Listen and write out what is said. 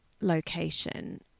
location